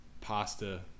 pasta